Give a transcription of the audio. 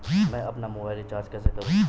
मैं अपना mobile recharge कैसे करूँ?